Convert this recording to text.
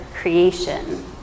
creation